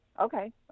okay